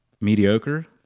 mediocre